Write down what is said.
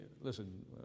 Listen